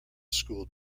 school